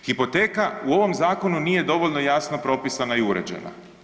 Hipoteka u ovom zakonu nije dovoljno jasno propisana i uređena.